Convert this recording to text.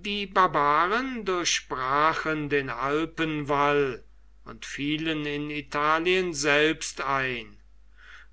die barbaren durchbrachen den alpenwall und fielen in italien selbst ein